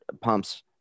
pumps